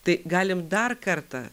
tai galim dar kartą